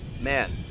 man